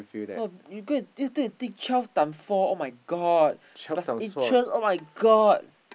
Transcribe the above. oh you go you go and think twelve times four [oh]-my-god plus interest [oh]-my-god